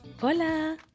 Hola